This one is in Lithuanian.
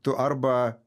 tu arba